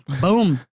Boom